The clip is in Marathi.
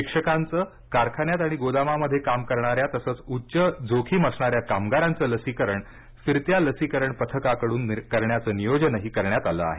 शिक्षकांचं कारखान्यात आणि गोदामामध्ये काम करणाऱ्या तसंच उच्च जोखीम असणाऱ्या कामगारांचं लसीकरण फिरत्या लसीकरण पथका कडून करण्याचं नियोजनही करण्यात आलं आहे